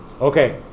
Okay